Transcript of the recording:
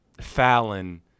Fallon